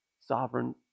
sovereign